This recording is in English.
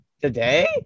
Today